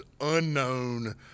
unknown